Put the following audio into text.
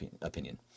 opinion